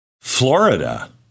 Florida